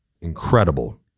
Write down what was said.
Incredible